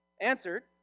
answered